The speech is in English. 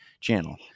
channel